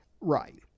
Right